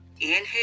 inhale